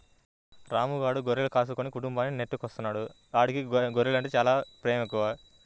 రాము గాడు గొర్రెలు కాసుకుని కుటుంబాన్ని నెట్టుకొత్తన్నాడు, ఆడికి గొర్రెలంటే చానా పేమెక్కువ